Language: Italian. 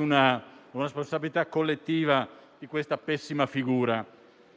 della responsabilità collettiva di questa pessima figura.